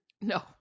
No